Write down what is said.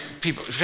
people